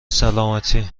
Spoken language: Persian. سلامتی